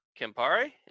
Campari